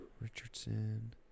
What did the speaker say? Richardson